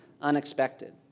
unexpected